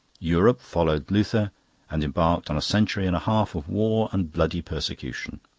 europe followed luther and embarked on a century and a half of war and bloody persecution.